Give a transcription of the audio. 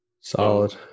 Solid